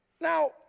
Now